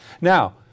Now